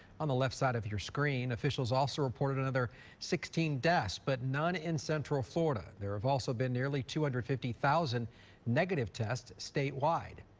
on the left side of your screen officials also reported another sixteen deaths but none in central florida. there have also been nearly two hundred and fifty thousand negative test statewide.